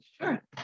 Sure